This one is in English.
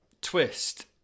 twist